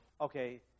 Okay